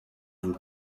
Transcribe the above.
vous